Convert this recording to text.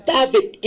David